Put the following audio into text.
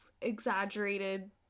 exaggerated